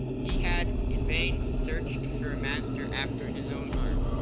he had in vain searched for a master after his own heart.